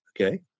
okay